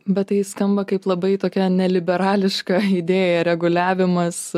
bet tai skamba kaip labai tokia neliberališka idėja reguliavimas